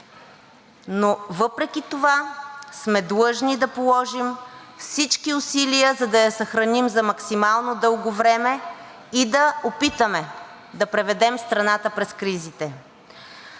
но въпреки това сме длъжни да положим всички усилия, за да я съхраним за максимално дълго време и да опитаме да преведем страната през кризите.